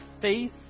faith